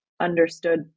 understood